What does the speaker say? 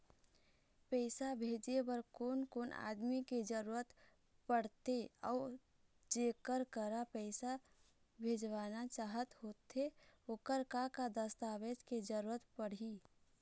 पैसा भेजे बार कोन कोन आदमी के जरूरत पड़ते अऊ जेकर करा पैसा भेजवाना चाहत होथे ओकर का का दस्तावेज के जरूरत पड़ही?